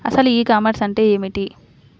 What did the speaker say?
అసలు ఈ కామర్స్ అంటే ఏమిటి?